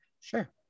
sure